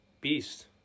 Beast